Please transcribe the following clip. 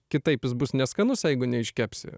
kitaip jis bus neskanus jeigu neiškepsi